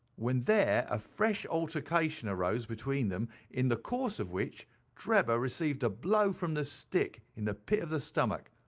when there, a fresh altercation arose between them, in the course of which drebber received a blow from the stick, in the pit of the stomach,